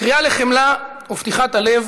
קריאה לחמלה ופתיחת הלב,